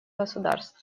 государств